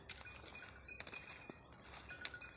ವಿದೇಶಿ ಕರೆನ್ಸಿ ಮ್ಯಾಲೆ ಹೂಡಿಕೆ ಮಾಡಬಹುದೇನ್ರಿ?